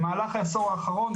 במהלך העשור האחרון,